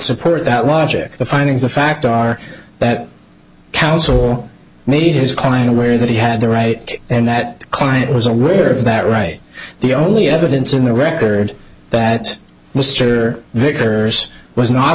support that logic the findings of fact are that counsel made his client aware that he had the right and that client was aware of that right the only evidence in the record that mr vickers was not